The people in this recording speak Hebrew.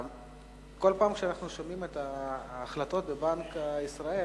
וכל פעם כשאנחנו שומעים את ההחלטות בבנק ישראל,